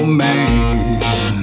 man